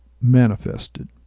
manifested